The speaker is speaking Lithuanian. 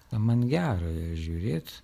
nu man gera žiūrėt